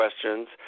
questions